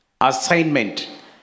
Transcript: assignment